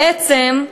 בעצם,